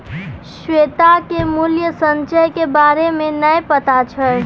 श्वेता के मूल्य संचय के बारे मे नै पता छै